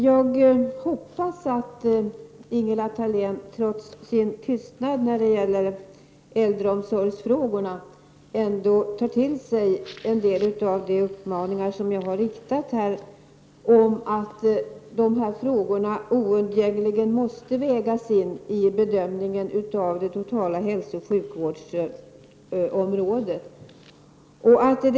Jag hoppas att Ingela Thalén, trots sin tystnad i äldreomsorgsfrågorna, ändå tar till sig en del av de uppmaningar som jag har riktat om att de frågorna oundgängligen måste vägas in i bedömningen av det totala hälsooch sjukvårdsområdet.